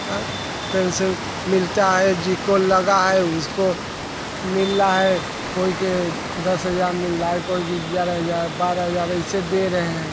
तो सब मिलता है जी को लगा है उसको मिला है कोई के दस हज़ार मिला है कोई के ग्यारह हज़ार बारह हज़ार ऐसे दे रहे हैं